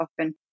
often